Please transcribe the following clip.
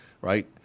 right